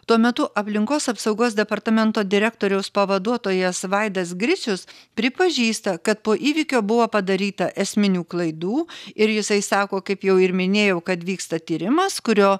tuo metu aplinkos apsaugos departamento direktoriaus pavaduotojas vaidas gricius pripažįsta kad po įvykio buvo padaryta esminių klaidų ir jisai sako kaip jau ir minėjau kad vyksta tyrimas kurio